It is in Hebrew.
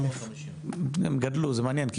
450,000. הם גדלו, זה מעניין.